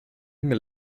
mail